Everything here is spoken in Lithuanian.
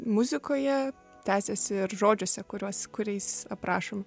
muzikoje tęsiasi ir žodžiuose kuriuos kuriais aprašom